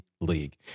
league